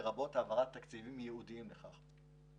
לרבות העברת תקציבים ייעודיים לכך.